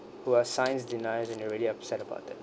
who are science deniers and you're really upset about that